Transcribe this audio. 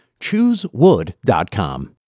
choosewood.com